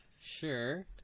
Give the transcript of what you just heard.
Sure